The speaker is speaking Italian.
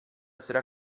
essere